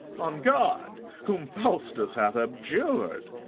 on god, whom faustus hath abjured!